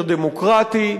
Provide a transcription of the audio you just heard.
יותר דמוקרטי,